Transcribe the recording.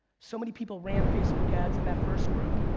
so many people ran facebook ads in that first group,